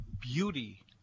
beauty